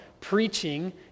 preaching